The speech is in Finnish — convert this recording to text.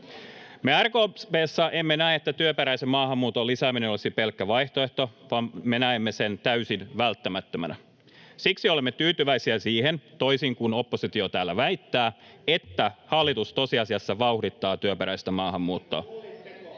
Me RKP:ssä emme näe, että työperäisen maahanmuuton lisääminen olisi pelkkä vaihtoehto, vaan me näemme sen täysin välttämättömänä. Siksi olemme tyytyväisiä siihen — toisin kuin oppositio täällä väittää — että hallitus tosiasiassa vauhdittaa työperäistä maahanmuuttoa